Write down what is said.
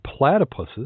platypuses